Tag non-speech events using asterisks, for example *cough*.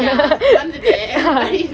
ya மறந்துட்டேன்:maranthutten *laughs*